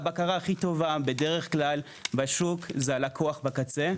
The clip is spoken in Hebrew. הבקרה הכי טובה בדרך כלל בשוק זה הלקוח בקצה.